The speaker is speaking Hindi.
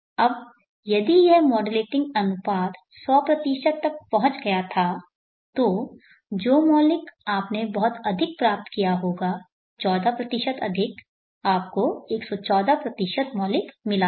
अब यदि यह मॉड्यूलेटिंग अनुपात 100 तक पहुंच गया था तो जो मौलिक आपने बहुत अधिक प्राप्त किया होगा 14 अधिक आपको 114 मौलिक मिला है